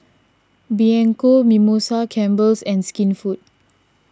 Bianco Mimosa Campbell's and Skinfood